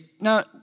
Now